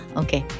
okay